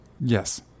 Yes